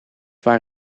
waar